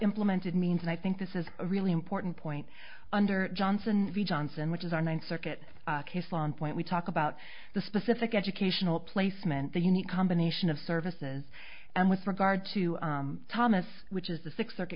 implemented means and i think this is a really important point under johnson v johnson which is our ninth circuit case on point we talk about the specific educational placement the unique combination of services and with regard to thomas which is the six